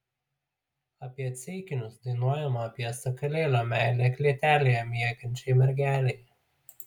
apie ceikinius dainuojama apie sakalėlio meilę klėtelėje miegančiai mergelei